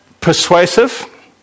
persuasive